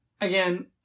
Again